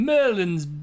Merlin's